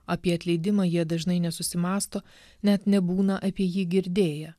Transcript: apie atleidimą jie dažnai nesusimąsto net nebūna apie jį girdėję